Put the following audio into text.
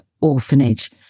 orphanage